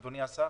אדוני השר?